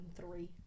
three